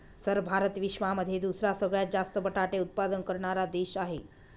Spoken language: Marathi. सर भारत विश्वामध्ये दुसरा सगळ्यात जास्त बटाटे उत्पादन करणारा देश आहे